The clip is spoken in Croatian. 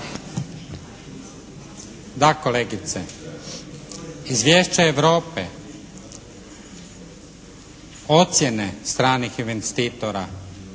Da kolegice, izvješće Europe, ocjene stranih investitora